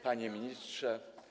Panie Ministrze!